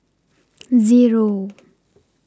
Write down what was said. Zero